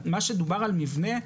מה שדובר על מבנה,